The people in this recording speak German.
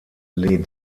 les